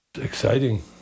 exciting